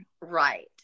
Right